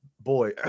Boy